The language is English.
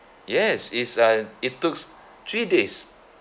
yes is a it tooks three days